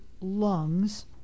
lungs